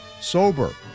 sober